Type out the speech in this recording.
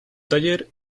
taller